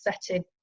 setting